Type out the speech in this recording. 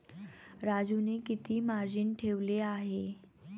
राजूने किती मार्जिन ठेवले आहे?